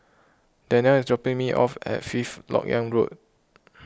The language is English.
Danelle is dropping me off at Fifth Lok Yang Road